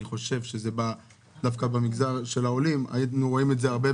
אני חושב שדווקא במגזר של העולים היינו רואים את זה הרבה,